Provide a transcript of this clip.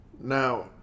Now